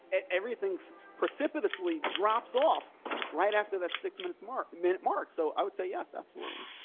everything's precipitously drops off right after that six minutes. mark minute mark. so i would say yes, absolutely.